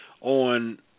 on